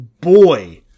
boy